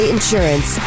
Insurance